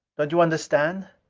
don't you understand.